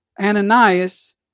Ananias